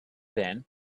then